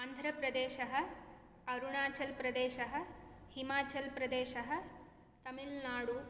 आन्ध्रप्रदेशः अरुणाचलप्रदेशः हिमाचलप्रदेशः तमिल्नाडु